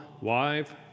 wife